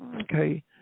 okay